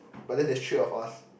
but then there is three of us